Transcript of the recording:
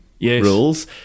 rules